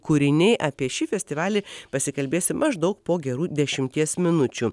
kūriniai apie šį festivalį pasikalbėsim maždaug po gerų dešimties minučių